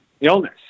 illness